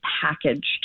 packaged